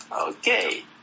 Okay